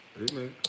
amen